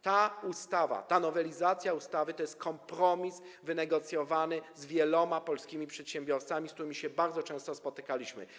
Ta ustawa, ta nowelizacja ustawy to jest kompromis wynegocjowany z wieloma polskimi przedsiębiorcami, z którymi się bardzo często spotykaliśmy.